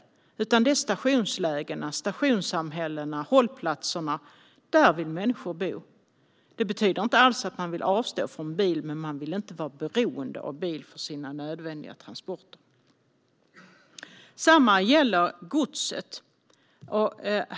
Det är i stationslägena, i stationssamhällena och vid hållplatserna som människor vill bo. Det betyder inte alls att människor vill avstå från bil, men folk vill inte vara beroende av bil för sina nödvändiga transporter. Detsamma gäller godset.